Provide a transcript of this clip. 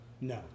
No